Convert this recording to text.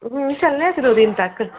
ਹਮ ਚਲਣਾ ਇੱਕ ਦੋ ਦਿਨ ਤੱਕ